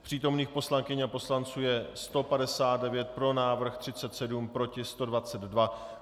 Přítomných poslankyň a poslanců je 159, pro návrh 37, proti 122.